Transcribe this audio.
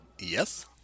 Yes